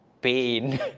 pain